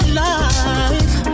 life